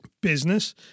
business